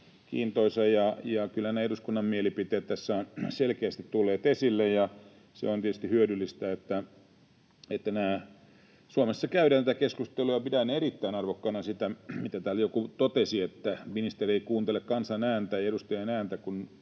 kiintoisa, ja kyllä ne eduskunnan mielipiteet tässä ovat selkeästi tulleet esille. Se on tietysti hyödyllistä, että Suomessa käydään tätä keskustelua, ja pidän erittäin arvokkaana sitä — täällä joku totesi, että ministeri ei kuuntele kansan ääntä ja edustajan ääntä